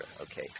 Okay